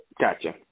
Gotcha